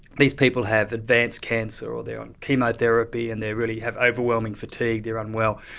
these people have advanced cancer or they are on chemotherapy and they really have overwhelming fatigue, they're unwell,